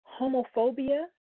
homophobia